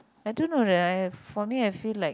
I don't know uh for me I feel like